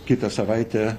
kitą savaitę